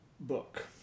book